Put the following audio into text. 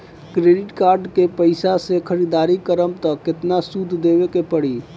Credit card के पैसा से ख़रीदारी करम त केतना सूद देवे के पड़ी?